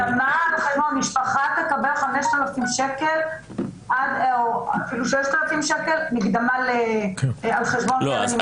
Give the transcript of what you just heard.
משפחה תקבל 6,000 שקל מקדמה על חשבון קרן נמלטים.